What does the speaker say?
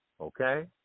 okay